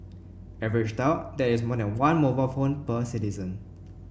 averaged out that is more than one mobile phone per citizen